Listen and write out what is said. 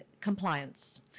compliance